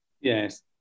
yes